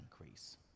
increase